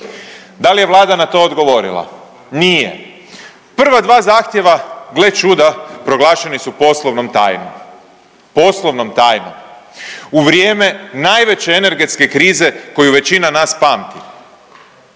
Da li je Vlada na to odgovorila? Nije. Prva dva zahtjeva, gle čuda, proglašeni su poslovnom tajnom. Poslovnom tajnom u vrijeme najveće energetske krize koju većina nas pamti.